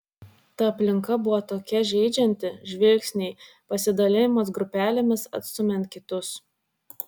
ta aplinka buvo tokia žeidžianti žvilgsniai pasidalijimas grupelėmis atstumiant kitus